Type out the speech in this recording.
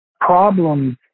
problems